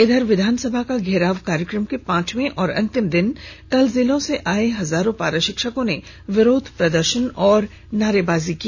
इधर विधानसभा का घेराव कार्यक्रम के पांचवे और अंतिम दिन कई जिलों से आए हजारों पारा शिक्षकों ने विरोध प्रदर्शन और नारेबाजी की